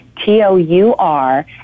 T-O-U-R